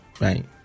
right